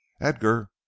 Edgar